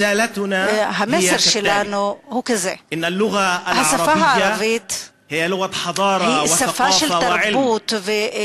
המסר שלנו הוא כזה: השפה הערבית היא שפה של תרבות ומדע.